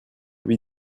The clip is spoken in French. lui